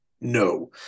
no